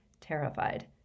terrified